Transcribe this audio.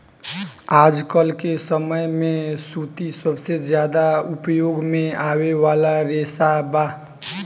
आजकल के समय में सूती सबसे ज्यादा उपयोग में आवे वाला रेशा बा